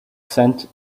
scent